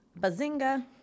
Bazinga